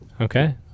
Okay